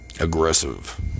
aggressive